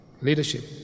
Leadership